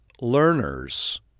learners